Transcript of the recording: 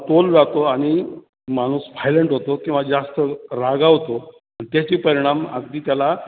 तोल जातो आणि माणूस व्हायलंट होतो किंवा जास्त रागावतो आणि त्याचे परिणाम अगदी त्याला